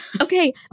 Okay